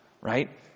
Right